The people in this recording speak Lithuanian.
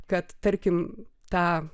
kad tarkim ta